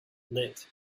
lit